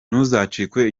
ntuzacikwe